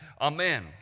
Amen